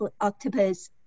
octopus